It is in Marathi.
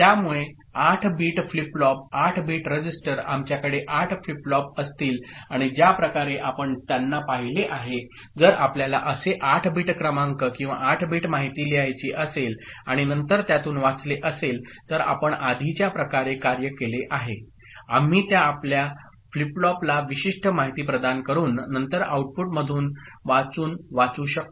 त्यामुळे 8बिट फ्लिप फ्लॉप 8बिटरजिस्टरआमच्याकडे 8 फ्लिप फ्लॉप असतील आणि ज्या प्रकारे आपण त्यांना पाहिले आहे जर आपल्याला असे 8 बीट क्रमांक किंवा 8 बिट माहिती लिहायची असेल आणि नंतर त्यातून वाचले असेल तर आपण आधी ज्या प्रकारे कार्य केले आहे आम्ही त्या आपल्या फ्लिप फ्लॉपला विशिष्ट माहिती प्रदान करुन नंतर आउटपुटमधून वाचून वाचू शकतो